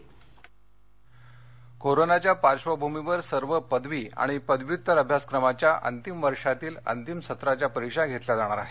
परीक्षा कोरोनाच्या पार्श्वभूमीवर सर्व पदवी आणि पदव्युत्तर अभ्यासक्रमाच्या अंतिम वर्षातील अंतिम सत्राच्या परीक्षा घेतल्या जाणार आहेत